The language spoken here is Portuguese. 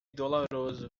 doloroso